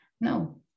no